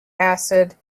acid